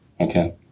Okay